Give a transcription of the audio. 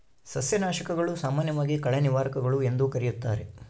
ಸಸ್ಯನಾಶಕಗಳು, ಸಾಮಾನ್ಯವಾಗಿ ಕಳೆ ನಿವಾರಕಗಳು ಎಂದೂ ಕರೆಯುತ್ತಾರೆ